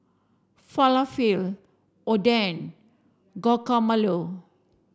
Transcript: Falafel Oden Guacamole